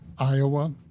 iowa